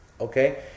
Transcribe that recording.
okay